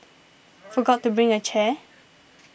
forgot to bring a chair